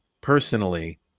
personally